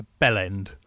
Bellend